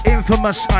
Infamous